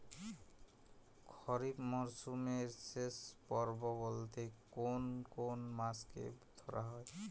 খরিপ মরসুমের শেষ পর্ব বলতে কোন কোন মাস কে ধরা হয়?